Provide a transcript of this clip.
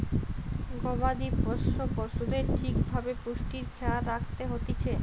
গবাদি পোষ্য পশুদের ঠিক ভাবে পুষ্টির খেয়াল রাখত হতিছে